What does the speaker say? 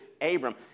Abram